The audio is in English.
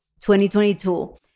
2022